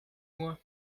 moi